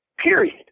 Period